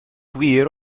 gwir